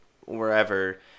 wherever